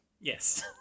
Yes